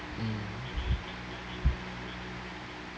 mm